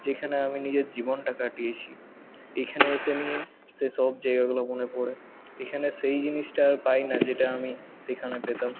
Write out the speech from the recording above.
যেখানে আমি নিজের জীবনটা কাটিয়েছি এখানে এসে নিয়ে সেসব জায়গাগুলো মনে পড়ে এইখানে সেই জিনিসটা আর পাই না যেটা আমি সেখানে পেতাম